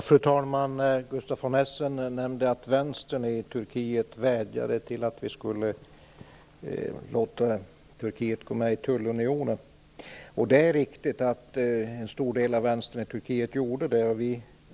Fru talman! Gustaf von Essen nämnde att vänstern i Turkiet vädjade om att vi skulle låta Turkiet gå med i tullunionen. Det är riktigt att en stor del av vänstern i Turkiet gjorde det.